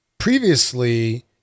Previously